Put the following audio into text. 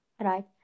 Right